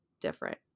different